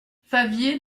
favier